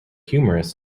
humorous